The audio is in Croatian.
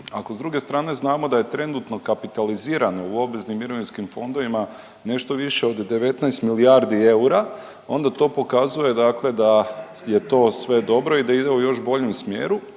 Ako s druge strane znamo da je trenutno kapitalizirano u obveznim mirovinskim fondovima nešto više od 19 milijardi eura onda to pokazuje dakle da je to sve dobro i da ide u još boljem smjeru,